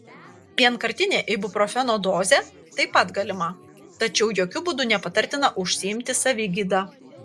vienkartinė ibuprofeno dozė taip pat galima tačiau jokiu būdu nepatartina užsiimti savigyda